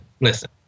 listen